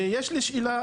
ויש לי שאלה,